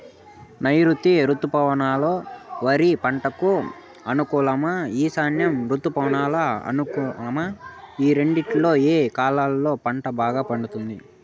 నైరుతి రుతుపవనాలు వరి పంటకు అనుకూలమా ఈశాన్య రుతుపవన అనుకూలమా ఈ రెండింటిలో ఏ కాలంలో పంట బాగా పండుతుంది?